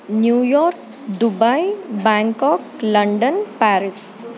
new York Dubai Bangkok London Paris